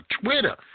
Twitter